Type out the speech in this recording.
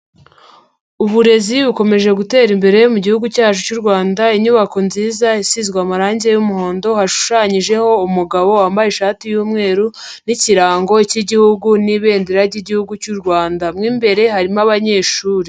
Uburezi bukomeje gutera imbere mu mugi cyacu cy'u Rwanda. Inyubako nziza isizwe amarangi y'umuhondo, hashushanyijeho umugabo wambaye ishati y'umweru, n'ikirango k'igihugu n'ibendera ry'igihugu cy'u Rwanda mo imbere harimo abanyeshuri.